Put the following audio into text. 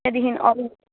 त्यहाँदेखि अरू